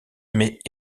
mais